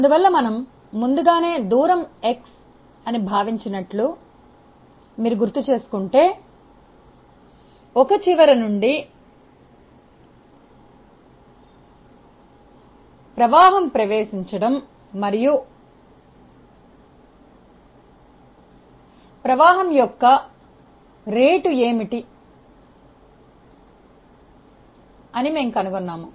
అందువల్ల మనము ముందుగానే దూరం X భావించినట్లు మీరు గుర్తుచేసుకుంటే ఒక చివర నుండి మరియు ప్రవాహం ప్రవేశించడం మరియు ప్రవాహం యొక్క రేటు ఏమిటి అని మేము కనుగొన్నాము